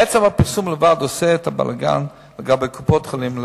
עצם הפרסום בלבד עושה את הבלגן לגבי קופות-החולים.